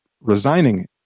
resigning